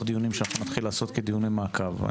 דיונים שאנחנו נתחיל לעשות כדיוני מעקב.